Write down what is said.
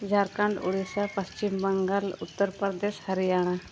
Jharkhand Odisha Paschim Bangal Uttar Pradesh Haryana